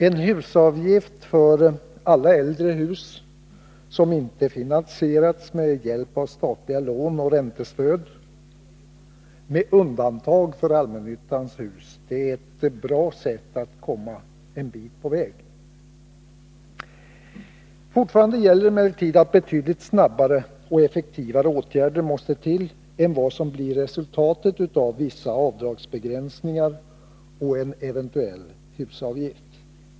En husavgift för alla äldre hus som inte finansierats med hjälp av statliga lån och räntestöd — men med undantag för allmännyttans hus — är ett bra sätt att komma en bit på väg. Fortfarande gäller emellertid att betydligt snabbare och effektivare åtgärder måste till än vad som blir resultatet av vissa avdragsbegränsningar och en eventuell husavgift.